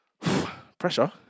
Pressure